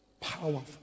powerful